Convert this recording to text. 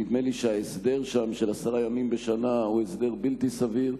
נדמה לי שההסדר שם של עשרה ימים בשנה הוא הסדר בלתי סביר,